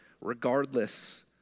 regardless